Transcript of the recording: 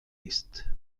ist